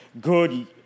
Good